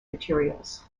materials